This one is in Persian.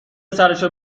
سرشو